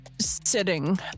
sitting